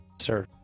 sir